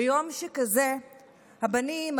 ביום שכזה הבנים,